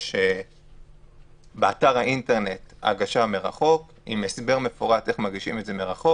יש באתר האינטרנט אפשרות להגשה מרחוק עם הסבר מפורט איך מגישים מרחוק,